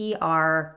PR